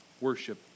worship